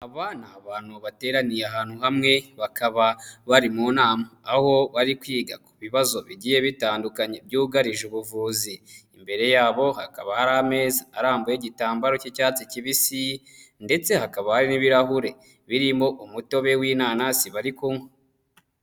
Aba ni abantu bateraniye ahantu hamwe bakaba bari mu nama, aho bari kwiga ku bibazo bigiye bitandukanye byugarije ubuvuzi, imbere yabo hakaba hari ameza arambuyeho igitambaro cy'icyatsi kibisi, ndetse hakaba hari n'ibirahure birimo umutobe w'inanasi bari kunywa.